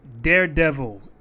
daredevil